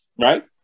right